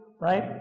right